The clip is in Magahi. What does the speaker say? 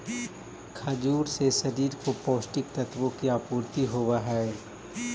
खजूर से शरीर को पौष्टिक तत्वों की आपूर्ति होवअ हई